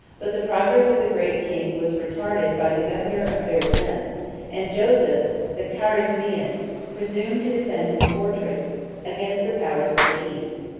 but the progress of the great king was retarded by the governor of berzem and joseph the carizmian presumed to defend his fortress against the powers of the east.